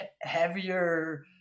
heavier